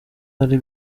hari